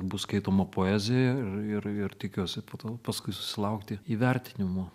bus skaitoma poezija ir ir ir tikiuosi po to paskui susilaukti įvertinimo